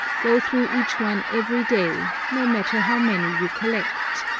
go through each one every day, no matter how many you collect.